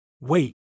wait